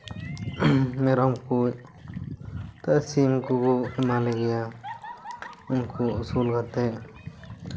ᱢᱮᱨᱚᱢ ᱠᱚ ᱥᱤᱢ ᱠᱚᱠᱚ ᱮᱢᱟ ᱞᱮᱜᱮᱭᱟ ᱩᱱᱠᱩ ᱟᱹᱥᱩᱞ ᱠᱟᱛᱮᱜ